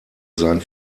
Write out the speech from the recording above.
sein